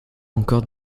encore